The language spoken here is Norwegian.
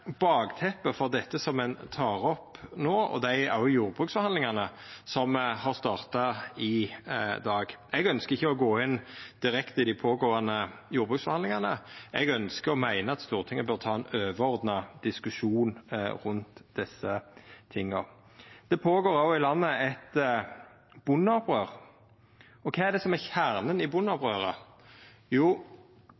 bakteppet for det som ein tek opp no, og dei jordbruksforhandlingane som har starta i dag. Eg ønskjer ikkje å gå direkte inn i dei pågåande jordbruksforhandlingane. Eg ønskjer og meiner at Stortinget bør ta ein overordna diskusjon rundt desse tinga. Det går òg føre seg eit bondeopprør i landet. Kva er det som er kjernen i